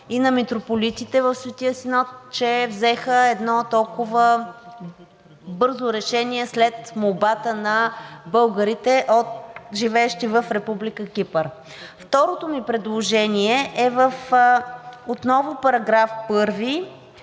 и на митрополитите в Светия Синод, че взеха едно толкова бързо решение след молбата на българите, живеещи в Република Кипър. Второто ми предложение е отново по § 1